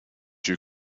you